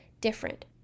different